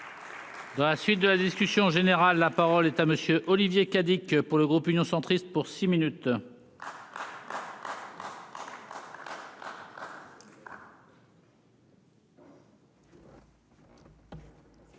à la suite de la discussion générale, la parole est à monsieur Olivier Cadic pour le groupe Union centriste pour six minutes. Monsieur